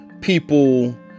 people